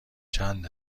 چند